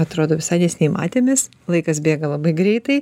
atrodo visai neseniai matėmės laikas bėga labai greitai